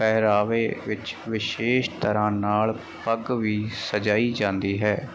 ਪਹਿਰਾਵੇ ਵਿਸ਼ੇਸ਼ ਤਰ੍ਹਾਂ ਨਾਲ ਪੱਗ ਵੀ ਸਜਾਈ ਜਾਂਦੀ ਹੈ